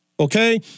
Okay